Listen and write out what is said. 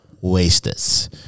wasters